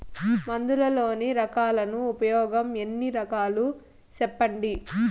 మందులలోని రకాలను ఉపయోగం ఎన్ని రకాలు? సెప్పండి?